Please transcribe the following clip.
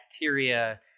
bacteria